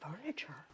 furniture